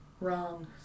Wrong